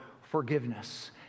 forgiveness